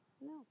No